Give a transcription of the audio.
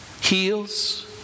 heals